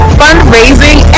fundraising